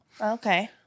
Okay